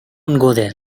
there